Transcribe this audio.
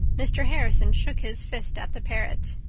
mr. harrison shook his fist at the parrot.